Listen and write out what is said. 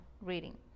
reading